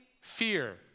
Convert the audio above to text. fear